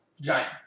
giant